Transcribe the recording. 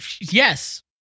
Yes